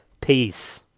Peace